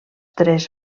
tres